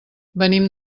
venim